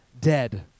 dead